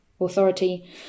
Authority